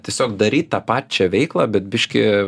tiesiog daryt tą pačią veiklą bet biškį